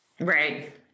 Right